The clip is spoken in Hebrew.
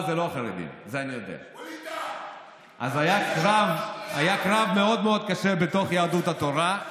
אז היה קרב מאוד מאוד קשה בתוך יהדות התורה.